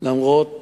למרות